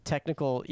Technical